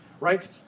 right